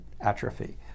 atrophy